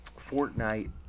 Fortnite